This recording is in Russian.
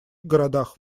городах